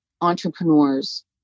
entrepreneurs